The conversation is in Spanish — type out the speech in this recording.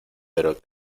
pero